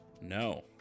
No